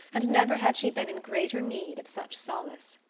and never had she been in greater need of such solace.